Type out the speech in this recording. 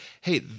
hey